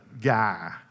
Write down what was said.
guy